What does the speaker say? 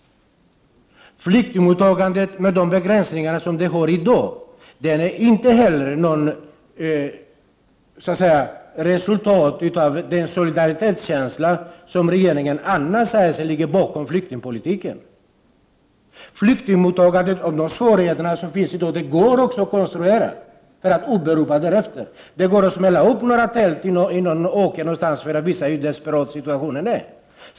Flyktingmottagandet med de begränsningar som det har i dag är inte heller något resultat av den solidaritetskänsla som regeringen annars säger ligger bakom flyktingpolitiken. Flyktingmottagandets svårigheter går också att konstruera för att sedan kunna åberopa dem. Det går att smälla upp några tält på åker för att visa hur desperat situationen är.